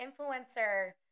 influencer